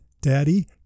Daddy